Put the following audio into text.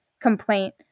complaint